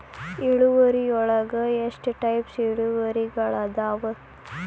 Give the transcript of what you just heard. ಇಳುವರಿಯೊಳಗ ಎಷ್ಟ ಟೈಪ್ಸ್ ಇಳುವರಿಗಳಾದವ